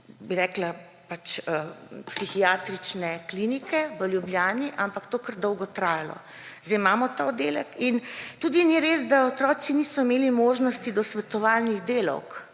oddelku Psihiatrične klinike v Ljubljani, ampak je to kar dolgo trajalo. Zdaj imamo ta oddelek. Tudi ni res, da otroci niso imeli možnosti dostopa do svetovalnih delavk,